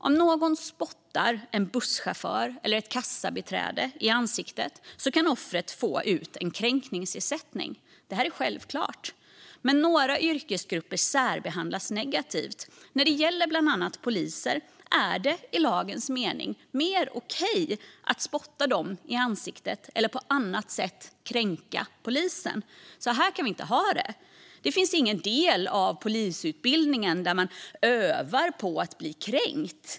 Om någon spottar en busschaufför eller ett kassabiträde i ansiktet kan offret få ut en kränkningsersättning. Det är självklart. Några yrkesgrupper särbehandlas dock negativt. När det gäller bland annat poliser är det i lagens mening mer okej att spotta dem i ansiktet eller på andra sätt kränka dem. Så här kan vi inte ha det. Det finns ingen del av polisutbildningen där man övar på att bli kränkt.